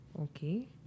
okay